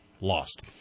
lost